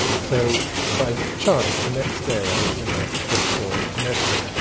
so by chance the next day i was in a book store in connecticut,